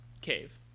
cave